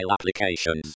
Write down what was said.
applications